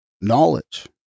Knowledge